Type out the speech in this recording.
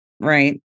Right